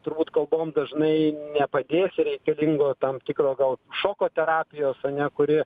turbūt kalbom dažnai nepadėsi reikalingo tam tikro gal šoko terapijos ane kuri